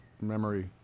memory